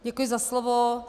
Děkuji za slovo.